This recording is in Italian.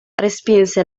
respinse